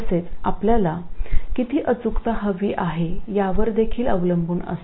तसेच आपल्याला किती अचूकता हवी आहे यावर देखील अवलंबून असते